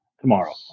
tomorrow